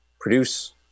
produce